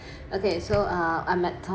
okay so uh I'm at top~